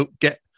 get